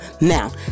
Now